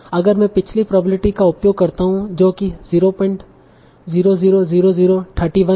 अगर मैं पिछली प्रोबेबिलिटी का उपयोग करता हूं जो कि 0000031 है